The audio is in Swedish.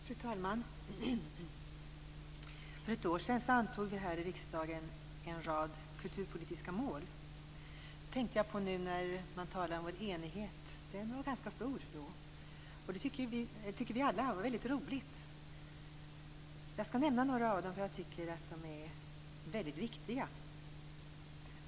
Fru talman! För ett år sedan antog vi här i riksdagen en rad kulturpolitiska mål. Jag tänkte på det nu när man talar om vår enighet. Då var den ganska stor. Det tyckte vi alla var väldigt roligt. Jag skall nämna några av dessa mål, för jag tycker att de är väldigt viktiga.